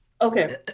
okay